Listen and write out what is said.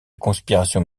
conspiration